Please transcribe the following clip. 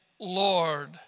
Lord